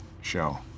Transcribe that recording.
show